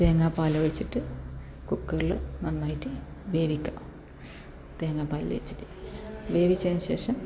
തേങ്ങാപ്പാൽ ഒഴിച്ചിട്ട് കുക്കറിൽ നന്നായിട്ട് വേവിക്കുക തേങ്ങാപ്പാൽ വെച്ചിട്ട് വേവിച്ചതിനു ശേഷം